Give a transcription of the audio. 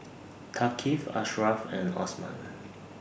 Thaqif Ashraff and Osman